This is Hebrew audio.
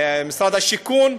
משרד השיכון,